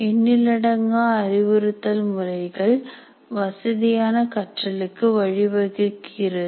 எண்ணிலடங்கா அறிவுறுத்தல் முறைகள் வசதியான கற்றலுக்கு வழிவகுக்கிறது